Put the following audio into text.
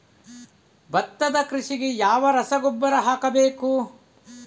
ಭತ್ತದ ಕೃಷಿಗೆ ಯಾವ ರಸಗೊಬ್ಬರ ಹಾಕಬೇಕು?